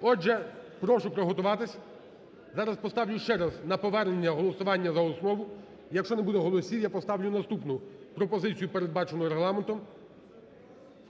Отже, прошу приготуватись, зараз поставлю ще раз на повернення голосування за основу, якщо не буде голосів, я поставлю наступну пропозицію передбачену Регламентом